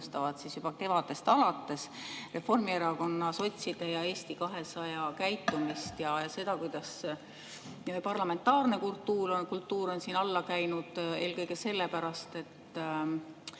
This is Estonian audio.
juba kevadest alates Reformierakonna, sotside ja Eesti 200 käitumist ja seda, kuidas parlamentaarne kultuur on alla käinud. Eelkõige sellepärast, et